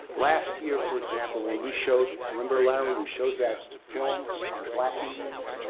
last year, for example, when we showed remember larry, we showed that film on black indians?